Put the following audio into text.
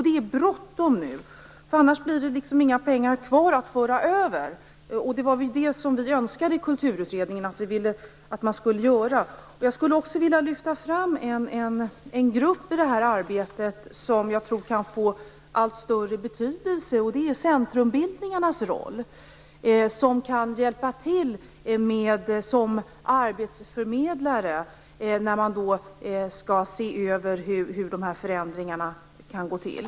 Det är bråttom nu, annars blir det inga pengar kvar att föra över! Det var ju det vi i Kulturutredningen ville att man skulle göra. Jag skulle också vilja lyfta fram en grupp som jag tror kan få allt större betydelse i det här arbetet, nämligen centrumbildningarna. De kan hjälpa till som arbetsförmedlare när man skall se över hur förändringarna skall gå till.